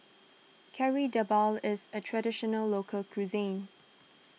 Kari Debal is a Traditional Local Cuisine